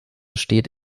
steht